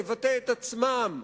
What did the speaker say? לבטא את עצמם,